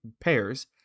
pairs